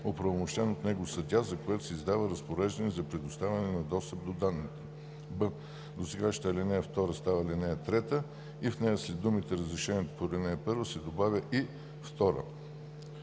оправомощен от него съдия, за което се издава разпореждане за предоставяне на достъп до данните.“; б) досегашната ал. 2 става ал. 3 и в нея след думите „Разрешението по ал. 1“ се добавя „и 2“;